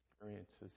Experiences